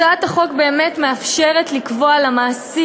הצעת החוק באמת מאפשרת לקבוע למעסיק,